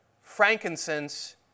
frankincense